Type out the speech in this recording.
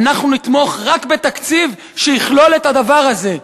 אנחנו נתמוך רק בתקציב שיכלול את הדבר הזה,